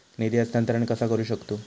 निधी हस्तांतर कसा करू शकतू?